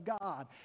God